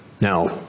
Now